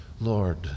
Lord